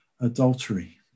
adultery